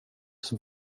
som